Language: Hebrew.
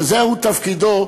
שזהו תפקידו,